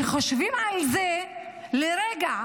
כשחושבים על זה לרגע,